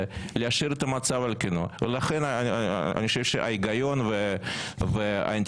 להשאיר את המצב על כנו ולכן אני חושב שההיגיון והאינטרס